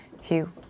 Hugh